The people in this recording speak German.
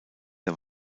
der